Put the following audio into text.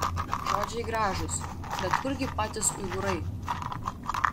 žodžiai gražūs bet kurgi patys uigūrai